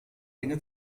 enge